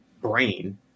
brain